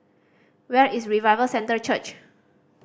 where is Revival Center Church